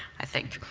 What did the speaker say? i think.